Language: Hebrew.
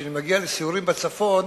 כשאני מגיע לסיורים בצפון